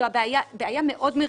זו בעיה מאוד מרכזית,